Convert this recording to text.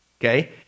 Okay